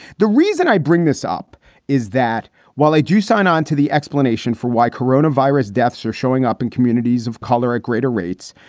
the reason i bring this up is that while they do sign on to the explanation for why corona virus deaths are showing up in communities of color at greater rates,